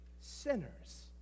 sinners